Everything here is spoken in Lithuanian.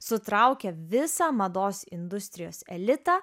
sutraukia visą mados industrijos elitą